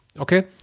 Okay